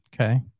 Okay